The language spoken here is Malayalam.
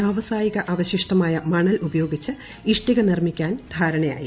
വ്യവസായിക അവശിഷ്ടമായ മണൽ ഉപയോഗിച്ച് ഇഷ്ടിക നിർമ്മിക്കാൻ ധാരണയായി